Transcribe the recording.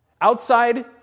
outside